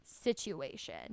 situation